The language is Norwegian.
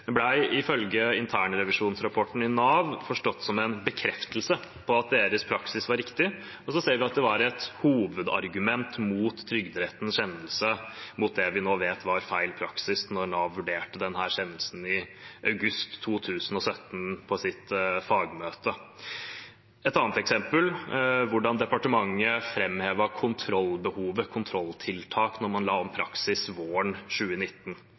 Det ble ifølge internrevisjonsrapporten i Nav forstått som en bekreftelse på at deres praksis var riktig. Så ser vi at det var et hovedargument mot Trygderettens kjennelse, mot det vi nå vet var feil praksis, da Nav vurderte denne kjennelsen i august 2017 på sitt fagmøte. Et annet eksempel er hvordan departementet fremhevet kontrollbehovet, kontrolltiltak, da man la om praksis våren 2019.